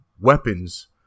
weapons